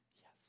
Yes